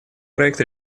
проект